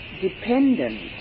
dependent